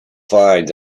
fines